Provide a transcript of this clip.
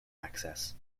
access